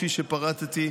כפי שפירטתי,